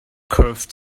curved